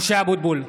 משה אבוטבול,